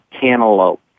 cantaloupe